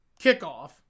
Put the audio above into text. kickoff